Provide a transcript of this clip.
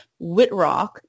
Whitrock